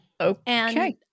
Okay